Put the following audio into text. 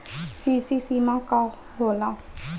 CC सीमा का होला?